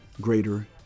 greater